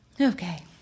Okay